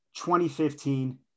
2015